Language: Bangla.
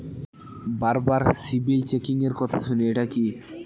বারবার সিবিল চেকিংএর কথা শুনি এটা কি?